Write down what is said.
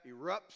erupts